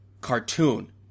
cartoon